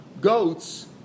Goats